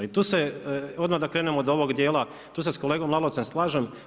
I tu se, odmah da krenemo od ovog dijela, tu se s kolegom Lalovcem slažem.